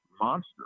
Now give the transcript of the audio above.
monster